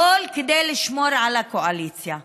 הכול כדי לשמור על הקואליציה,